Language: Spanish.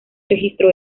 registro